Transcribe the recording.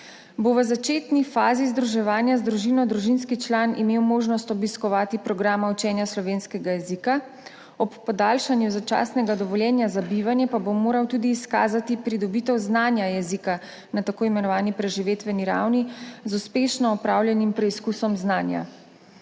bo v začetni fazi združevanja z družino družinski član imel možnost obiskovati program učenja slovenskega jezika, ob podaljšanju začasnega dovoljenja za bivanje pa bo moral izkazati tudi pridobitev znanja jezika na tako imenovani preživetveni ravni z uspešno opravljenim preizkusom znanja.